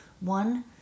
One